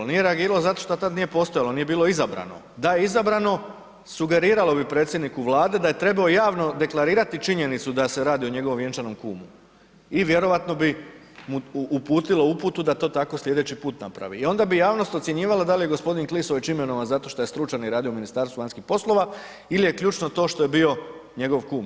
Nije reagiralo zato što tad nije postojalo, nije bilo izabrano, da je izabrano sugeriralo bi predsjedniku Vlade da je trebao javno deklarirati činjenicu da se radi o njegovom vjenčanom kumu i vjerojatno bi mu uputilo uputu da to tako slijedeći put napravi i onda bi javnost ocjenjivalo da li je g. Klisović imenovan zato što je stručan i radio u Ministarstvu vanjskih poslova ili je ključno to što je bio njegov kum.